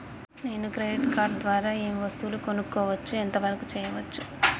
నేను credit card ద్వారా ఏం వస్తువులు కొనుక్కోవచ్చు ఎంత వరకు చేయవచ్చు?